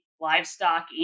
livestock